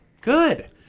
Good